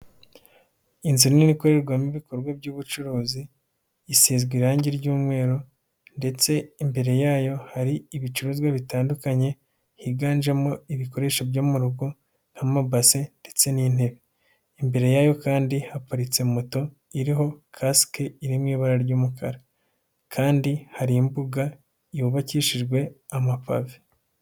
Inzu nini ikorerwamo ibikorwa by'ubucuruzi, isizwe irangi ry'umweru, ndetse imbere yayo hari ibicuruzwa bitandukanye higanjemo ibikoresho byo mu rugo nk'a mabase ndetse n'intebe. Imbere yayo kandi haparitse moto iriho kasike iri mu ibara ry'umukara. Kandi hari imbuga yubakishijwe amapave.